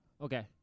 okay